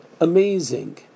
amazing